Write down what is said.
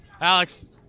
Alex